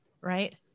right